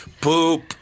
Poop